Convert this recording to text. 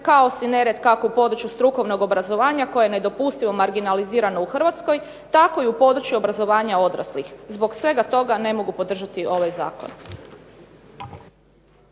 kaos i nered kako u području strukovnog obrazovanja koje je nedopustivo marginalizirano u Hrvatskoj, tako i u području obrazovanja odraslih. Zbog svega toga ne mogu podržati ovaj zakon.